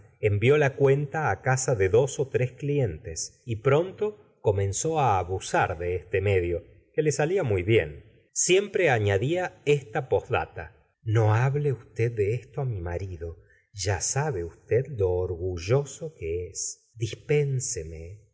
vió la cuenta á casa de dos ó tres clientes y pronto comenzó á abusar de este medio que le salia muy bien siempre añadía esta postdata cno hatomo ji gustavo naubert ble usted de esto á mi marido ya sabe usted lo orgulloso que es dispénseme